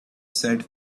said